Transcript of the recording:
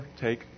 take